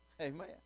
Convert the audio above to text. Amen